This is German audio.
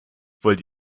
wollt